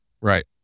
Right